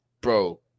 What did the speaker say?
bro